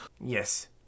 Yes